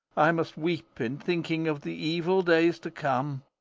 i must weep in thinking of the evil days to come,